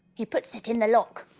he puts it in the lock.